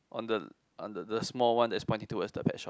oh the the the small one that is pointing towards the pet shop